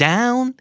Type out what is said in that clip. Down